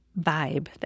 vibe